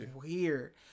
weird